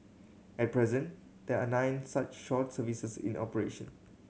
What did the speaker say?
at present there are nine such short services in the operation